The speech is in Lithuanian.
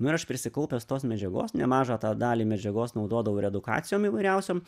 na ir aš prisikaupęs tos medžiagos nemažą tą dalį medžiagos naudodavau ir edukacijoms įvairiausiom